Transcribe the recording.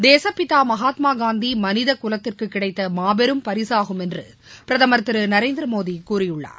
தேசுப்பிதா மகாத்மா காந்தி மனித குலத்திற்கு கிடைத்த மாபெரும் பரிசாகும் என்று பிரதமர் திரு நரேந்திர மோடி கூறியுள்ளார்